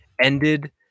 ended